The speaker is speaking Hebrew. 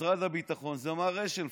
משרד הביטחון זה מר אשל,